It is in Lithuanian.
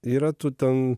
yra tų ten